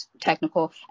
technical